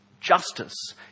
justice